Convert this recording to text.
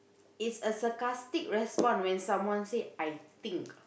is a sarcastic respond when someone say I think